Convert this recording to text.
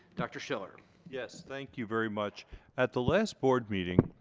dr. schiller. yes thank you very much at the last board meeting